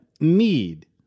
need